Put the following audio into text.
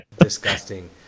Disgusting